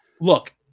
look